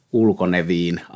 ulkoneviin